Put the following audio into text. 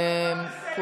תצביע אתה בעד.